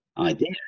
idea